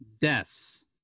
deaths